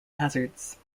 hazards